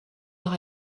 nach